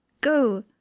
Go